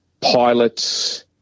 pilots